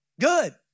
Good